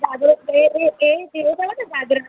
घाघरो हे हे हे पियो अथव न घाघरो